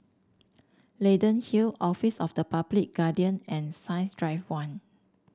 Leyden Hill Office of the Public Guardian and Science Drive One